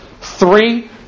Three